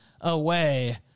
away